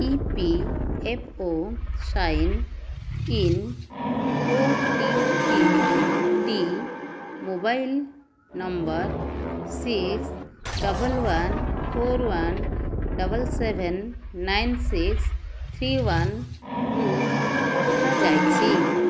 E P F O sign in ଓଟିପିଟି mobile number six double one four one double seven nine six three ୱାନ୍କୁ ପଠାଯାଇଛି